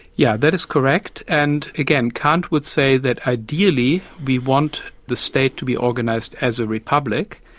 yeah that is correct, and again, kant would say that ideally we want the state to be organised as a republic,